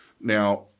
Now